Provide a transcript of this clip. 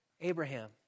Abraham